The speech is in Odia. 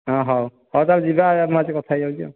ହଉ ହଉ ତାହାହେଲେ ଯିବା ମୁଁ ଆଜି କଥା ହେଇ ଯାଉଛି ଆଉ